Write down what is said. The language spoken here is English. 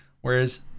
Whereas